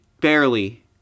barely